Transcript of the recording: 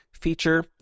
feature